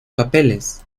papeles